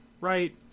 right